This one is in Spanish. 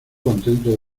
contento